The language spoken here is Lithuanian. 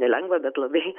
nelengvą bet labai